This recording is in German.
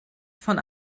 von